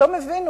פתאום הבינו